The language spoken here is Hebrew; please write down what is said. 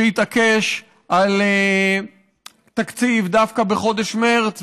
שהתעקש על תקציב דווקא בחודש מרס,